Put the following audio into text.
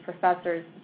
professors